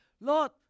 Lord